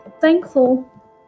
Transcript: thankful